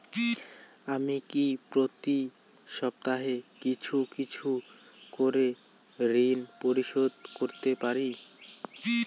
আমি কি প্রতি সপ্তাহে কিছু কিছু করে ঋন পরিশোধ করতে পারি?